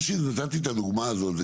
מה שנתתי את הדוגמא הזאת,